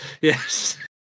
yes